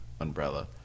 umbrella